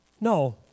No